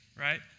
right